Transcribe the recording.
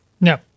No